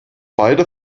beide